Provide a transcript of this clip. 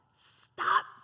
stop